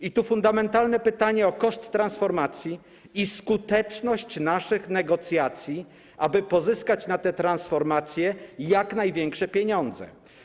I tu fundamentalne pytanie o koszt transformacji i skuteczność naszych negocjacji, aby pozyskać na te transformacje jak największe pieniądze.